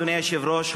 אדוני היושב-ראש,